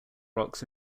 rocks